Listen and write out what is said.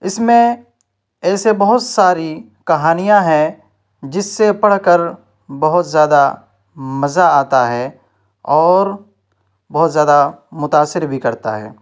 اس میں ایسے بہت ساری کہانیاں ہیں جس سے پڑھ کر بہت زیادہ مزہ آتا ہے اور بہت زیادہ متاثر بھی کرتا ہے